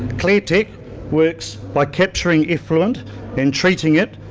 cleartech works by capturing effluent and treating it,